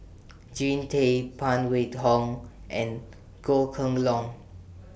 Jean Tay Phan Wait Hong and Goh Kheng Long